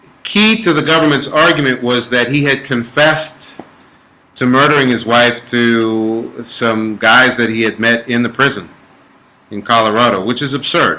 key to the government's argument was that he had confessed to murdering his wife, too some guys that he had met in the prison in colorado, which is absurd